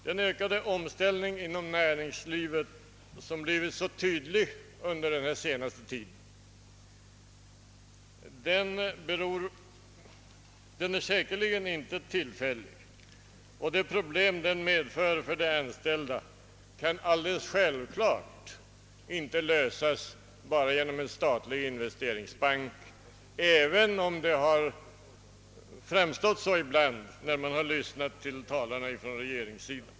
Den ökade takten i omställningen inom näringslivet, som blivit så tydlig under den senaste tiden, är säkerligen inte tillfällig. De problem detta medför för de anställda kan självfallet inte lösas bara genom en statlig investeringsbank, även om det framstått så ibland när man lyssnat till talarna från regeringspartiet.